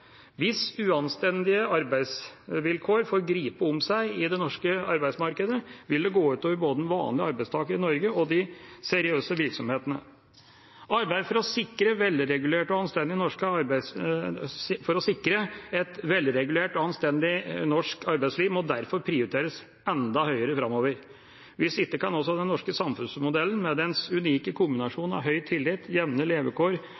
Hvis uanstendige arbeidsvilkår får gripe om seg i det norske arbeidsmarkedet, vil det gå ut over både den vanlige arbeidstaker i Norge og de seriøse virksomhetene. Arbeidet for å sikre et velregulert og anstendig norsk arbeidsliv må derfor prioriteres enda høyere framover, hvis ikke kan også den norske samfunnsmodellen med dens unike kombinasjon av høy tillit, jevne levekår,